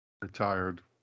retired